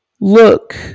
look